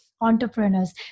Entrepreneurs